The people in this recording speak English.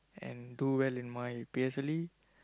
and do well in my P_S_L_E